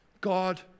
God